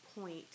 point